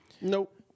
nope